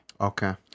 Okay